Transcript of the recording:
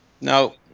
No